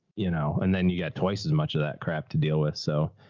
you know? and then you got twice as much of that crap to deal with. so.